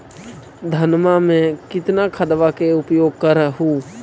धानमा मे कितना खदबा के उपयोग कर हू?